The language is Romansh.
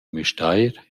müstair